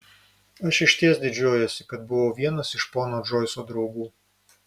aš išties didžiuojuosi kad buvau vienas iš pono džoiso draugų